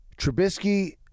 Trubisky